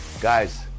guys